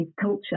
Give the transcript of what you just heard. culture